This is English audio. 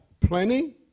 plenty